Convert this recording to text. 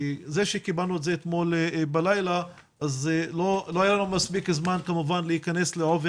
כיוון שקיבלנו את זה אתמול בלילה לא היה לנו מספיק זמן להיכנס לעובי